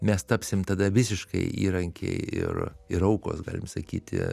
mes tapsim tada visiškai įrankiai ir ir aukos galim sakyti